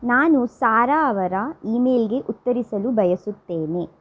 ನಾನು ಸಾರಾ ಅವರ ಇಮೇಲ್ಗೆ ಉತ್ತರಿಸಲು ಬಯಸುತ್ತೇನೆ